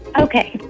Okay